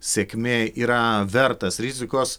sėkmė yra vertas rizikos